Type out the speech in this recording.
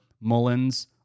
Mullins